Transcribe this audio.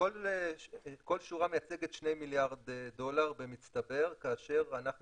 כל שורה מייצגת שני מיליארד דולר במצטבר כאשר אנחנו